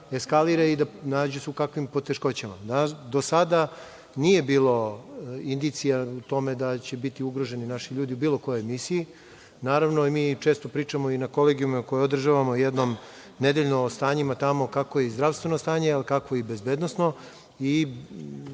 eskalira i nađe se u kakvim poteškoćama. Do sada nije bilo indicija o tome da će biti ugroženi naši ljudi u bilo kojoj misiji. Naravno i mi često pričamo i na kolegijumima koje održavamo jednom nedeljno o stanjima tamo kakvo je i zdravstveno stanje, kakvo je i bezbednosno.